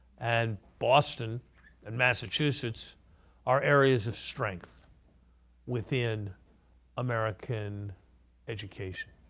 and boston and massachusetts are areas of strength within american education.